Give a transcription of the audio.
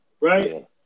right